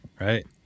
right